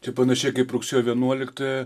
čia panašiai kaip rugsėjo vienuoliktąją